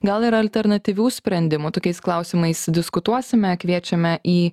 gal ir alternatyvių sprendimų tokiais klausimais diskutuosime kviečiame į